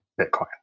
Bitcoin